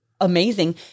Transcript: amazing